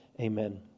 Amen